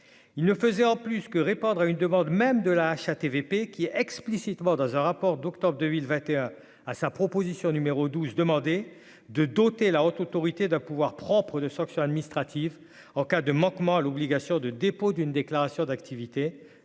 il ne faisait en plus que répondre à une demande même de la HATVP qui est explicitement dans un rapport d'octobre 2021 à sa proposition numéro 12 demander de doter la Haute autorité de pouvoirs propres de sanctions administratives en cas de manquement à l'obligation de dépôt d'une déclaration d'activité,